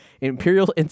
Imperial